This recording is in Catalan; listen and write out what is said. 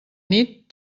nit